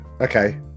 okay